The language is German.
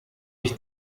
ich